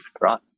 right